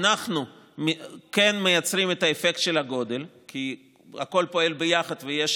אנחנו כן מייצרים את האפקט של הגודל כי הכול פועל ביחד ויש